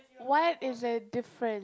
what is the different